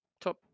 top